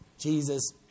Jesus